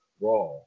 raw